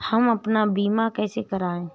हम अपना बीमा कैसे कराए?